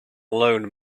alone